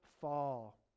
fall